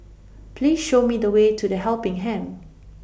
Please Show Me The Way to The Helping Hand